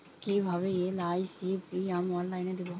কিভাবে LIC premium অনলাইনে দেবো?